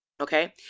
Okay